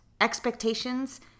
expectations